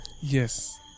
Yes